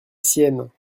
sienne